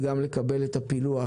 וגם נבקש לקבל את הפילוח,